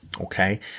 Okay